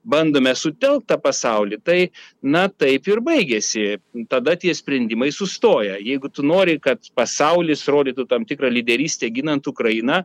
bandome sutelkt tą pasaulį tai na taip ir baigiasi tada tie sprendimai sustoja jeigu tu nori kad pasaulis rodytų tam tikrą lyderystę ginant ukrainą